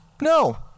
No